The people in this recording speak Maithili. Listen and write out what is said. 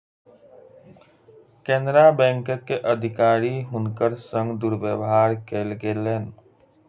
केनरा बैंकक अधिकारी हुनकर संग दुर्व्यवहार कयलकैन